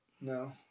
No